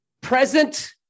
present